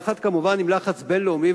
כמובן יחד עם לחץ בין-לאומי,